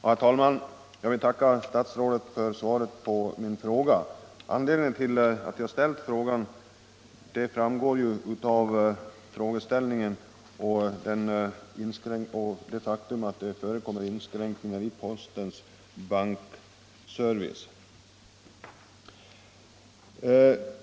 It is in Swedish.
Herr talman! Jag vill tacka statsrådet för svaret på min fråga. Anledningen till att jag ställt frågan är, som framgår av dess formulering, det faktum att det förekommer inskränkningar i postens bankservice.